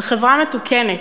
זו חברה מתוקנת,